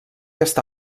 està